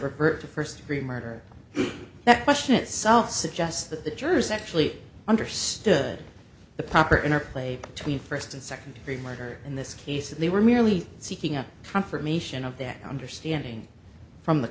revert to first degree murder that question itself suggests that the jurors actually understood the proper interplay between first and second degree murder in this case and they were merely seeking a confirmation of that understanding from the